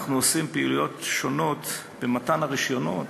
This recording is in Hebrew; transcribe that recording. אנחנו עושים פעילויות שונות במתן הרישיונות,